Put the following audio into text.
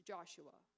Joshua